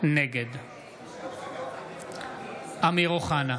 נגד אמיר אוחנה,